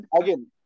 Again